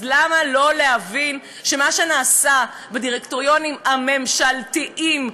אז למה לא להבין שמה שנעשה בדירקטוריונים הממשלתיים,